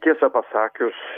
tiesą pasakius